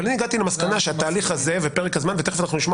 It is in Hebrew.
אבל אם הגעתי למסקנה שהתהליך ופרק הזמן ותכף נשמע